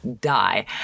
die